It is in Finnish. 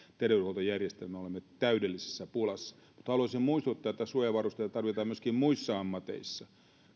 terveydenhuoltojärjestelmä olemme täydellisessä pulassa mutta haluaisin muistuttaa että suojavarusteita tarvitaan myöskin muissa ammateissa